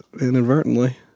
inadvertently